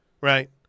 right